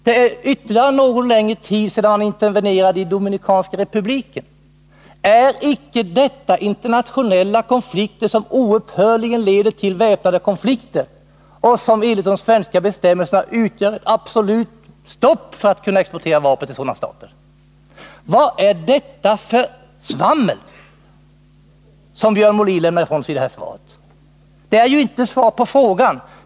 För ytterligare någon tid sedan intervenerade man i Dominikanska republiken. Är icke detta internationella konflikter som oupphörligt leder till väpnade konflikter och som enligt de svenska bestämmelserna innebär absolut stopp när det gäller att kunna exportera vapen till sådana stater? Vad är det för svammel som Björn Molin presterar i det här svaret? Det är ju inte svar på frågan.